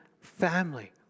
family